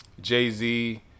Jay-Z